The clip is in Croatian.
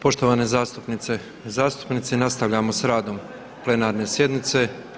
Poštovane zastupnice i zastupnici, nastavljamo sa radom plenarne sjednice.